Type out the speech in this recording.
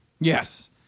Yes